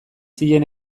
zien